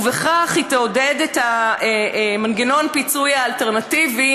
ובכך היא תעודד את מנגנון הפיצוי האלטרנטיבי